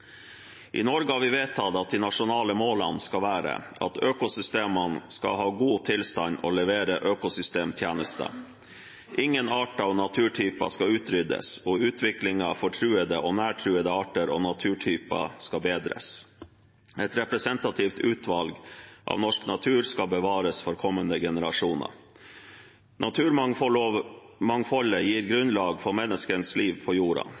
I Norge har vi vedtatt at de nasjonale målene skal være at økosystemene skal ha god tilstand og levere økosystemtjenester. Ingen arter og naturtyper skal utryddes, utviklingen for truede og nær truede arter og naturtyper skal bedres, og et representativt utvalg av norsk natur skal bevares for kommende generasjoner. Naturmangfoldet gir grunnlag for menneskets liv på